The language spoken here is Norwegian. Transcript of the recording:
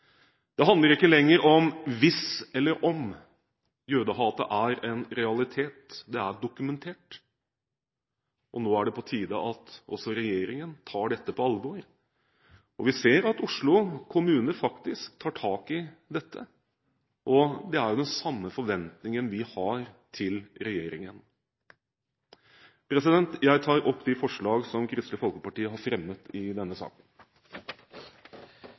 Det handler ikke lenger om hvis eller om, jødehatet er en realitet. Det er dokumentert, og nå er det på tide at også regjeringen tar dette på alvor. Vi ser at Oslo kommune faktisk tar tak i dette, og vi har den samme forventningen til regjeringen. Jeg tar opp dette forslaget som Kristelig Folkeparti står alene om i denne saken.